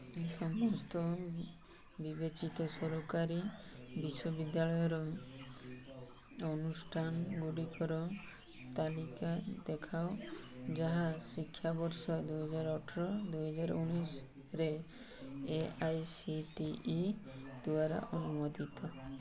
ସମସ୍ତ ବିବେଚିତ ସରକାରୀ ବିଶ୍ୱବିଦ୍ୟାଳୟ ଅନୁଷ୍ଠାନଗୁଡ଼ିକର ତାଲିକା ଦେଖାଅ ଯାହା ଶିକ୍ଷାବର୍ଷ ଦୁଇହାଜର ଅଠର ଦୁଇହାଜର ଉଣେଇଶିରେ A I C T E ଦ୍ଵାରା ଅନୁମୋଦିତ